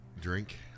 drink